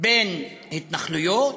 בין התנחלויות,